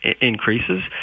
increases